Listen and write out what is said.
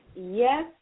Yes